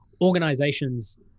organizations